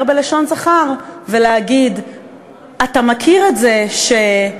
בלשון זכר ולהגיד "אתה מכיר את זה ש...